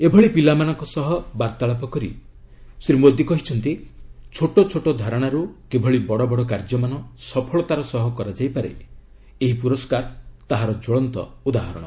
ଏଭଳି ପିଲାମାନଙ୍କ ସହ ବାର୍ତ୍ତାଳାପ କରି ଶ୍ରୀ ମୋଦି କହିଛନ୍ତି ଛୋଟଛୋଟ ଧାରଣାରୁ କିଭଳି ବଡବଡ କାର୍ଯ୍ୟମାନ ସଫଳତାର ସହ କରାଯାଇପାରେ ଏହି ପୁରସ୍କାର ତାହାର କ୍ୱଳନ୍ତ ଉଦାହରଣ